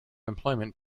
employment